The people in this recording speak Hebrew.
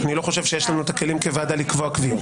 אני לא חושב שיש לנו את הכלים כוועדה לקבוע קביעות,